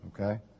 okay